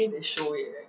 they show it right